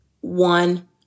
one